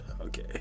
Okay